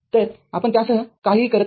तरआपण त्यासह काहीही करत नाही